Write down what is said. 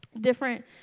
different